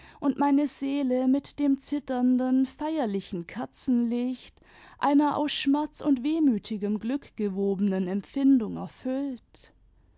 und meine seele mit dem zitternden feierlichen kerzenlicht einer aus schmerz und wehmütigem glück gewobenen empfindung erfüut